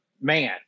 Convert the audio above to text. man